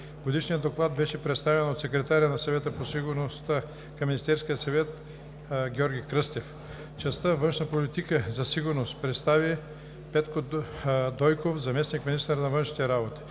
Годишният доклад беше представен от секретаря на Съвета по сигурността към Министерския съвет Георги Кръстев. Частта „Външна политика и сигурност“ представи Петко Дойков – заместник-министър на външните работи.